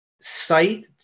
site